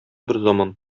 берзаман